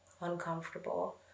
uncomfortable